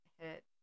hit